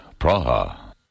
Praha